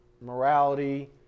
morality